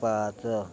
पाच